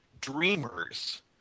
dreamers